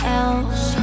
else